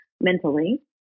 mentally